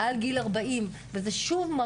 מעל גיל 40 וזה שוב,